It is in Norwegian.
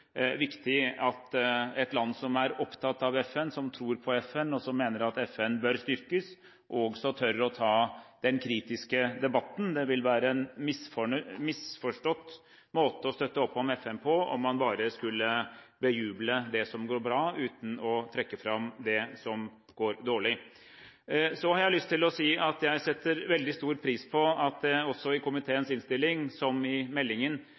viktig at et land som er opptatt av FN, som tror på FN, og som mener at FN bør styrkes, også tør å ta den kritiske debatten. Det vil være en misforstått måte å støtte opp om FN på, om man bare skulle bejuble det som går bra, uten å trekke fram det som går dårlig. Så har jeg lyst til å si at jeg setter veldig stor pris på at det også i komiteens innstilling, som i meldingen,